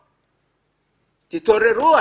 תתעוררו.